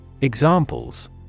Examples